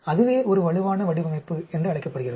அதுவே ஒரு வலுவான வடிவமைப்பு என்று அழைக்கப்படுகிறது